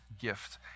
gift